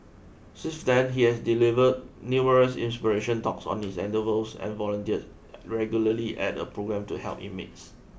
since then he has delivered numerous inspirational talks on his endeavours and volunteers regularly at a programme to help inmates